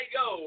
go